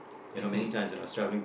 you know many times when I was travelling